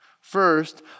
First